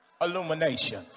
illumination